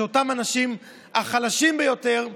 שאותם אנשים חלשים ביותר יוגנו,